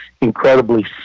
incredibly